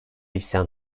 isyan